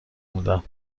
میدم